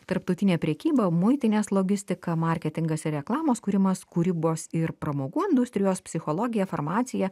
tarptautinė prekyba muitinės logistika marketingas ir reklamos kūrimas kūrybos ir pramogų industrijos psichologija farmacija